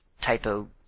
typo